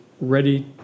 ready